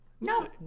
No